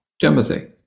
Timothy